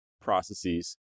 processes